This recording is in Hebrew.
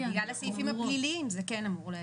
אבל בגלל הסעיפים הפליליים זה כן אמור להגיע.